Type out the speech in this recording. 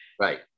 Right